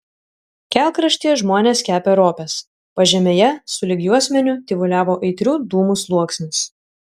kelkraštyje žmonės kepė ropes pažemėje sulig juosmeniu tyvuliavo aitrių dūmų sluoksnis